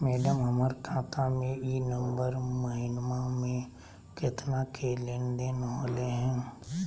madam, हमर खाता में ई नवंबर महीनमा में केतना के लेन देन होले है